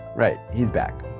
right, he's back.